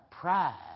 pride